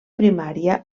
primària